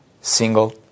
single